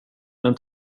men